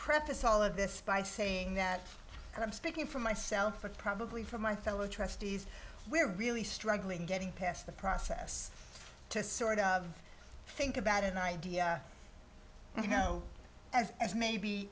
preface all of this by saying that i'm speaking for myself and probably from my fellow trustees we're really struggling getting past the process to sort of think about an idea you know as as maybe